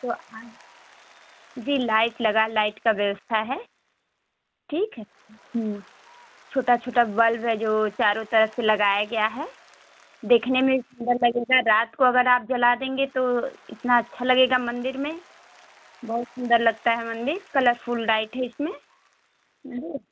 तो जी लाइट लगा लाइट की व्यवस्था है ठीक है छोटे छोटे बल्ब है जो चारों तरफ लगाया गया है देखने में सुंदर लगेगा रात को अगर आप जला देंगे तो इतना अच्छा लगेगा मंदिर में बहुत सुंदर लगता है मंदिर कलरफुल लाइट है इसमें